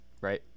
right